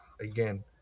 again